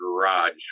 garage